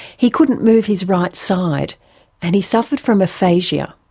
he couldn't move his right side and he suffered from aphasia,